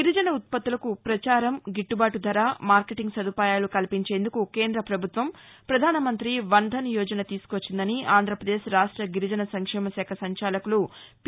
గిరిజన ఉత్పత్లుకు ప్రచారం గిట్లుబాటు ధర మార్కెటింగ్ సదుపాయాలు కల్సించేందుకు కేంద్రాపభుత్వం ప్రధానమంతి పన్ధన్ యోజన తీసుకువచ్చిందని ఆంధ్రపదేశ్ రాష్ట గిరిజన సంక్షేమ శాఖ సంచాలకుడు పి